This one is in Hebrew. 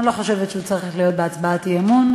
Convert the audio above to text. אני לא חושבת שהוא צריך להיות בהצבעת אי-אמון,